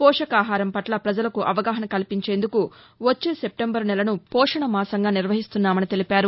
పోషకాహారం పట్ల పజలకు అవగాహన కల్పించేందుకు వచ్చే సెప్టెంబర్ నెలను పోషణ మాసంగా నిర్వహిస్తున్నామని తెలిపారు